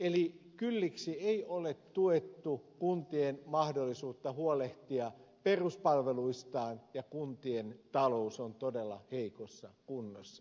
eli kylliksi ei ole tuettu kuntien mahdollisuutta huolehtia peruspalveluistaan ja kuntien talous on todella heikossa kunnossa